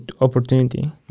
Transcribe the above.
opportunity